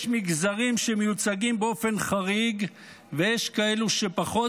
-- יש מגזרים שמיוצגים באופן חריג ויש כאלה שפחות,